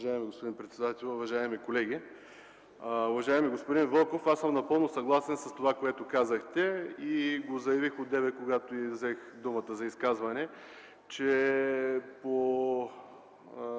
Уважаеми господин председател, уважаеми колеги! Уважаеми господин Вълков, аз съм напълно съгласен с това, което казахте, и го заявих преди малко, когато взех думата за изказване – че по